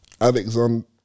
Alexander